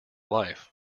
life